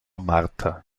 martha